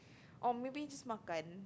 or maybe it's just makan